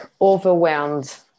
overwhelmed